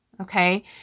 okay